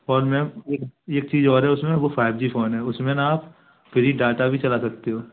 और मैम एक एक चीज़ और है उसमें वो फ़ाइव जी फ़ोन है उसमें ना फ़्री डाटा भी चला सकते हो